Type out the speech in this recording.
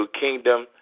Kingdom